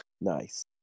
Nice